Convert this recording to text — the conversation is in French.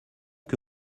que